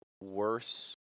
worse